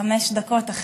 בחמש דקות,